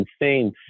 insane